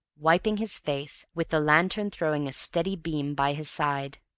wiping his face, with the lantern throwing a steady beam by his side.